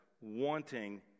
wanting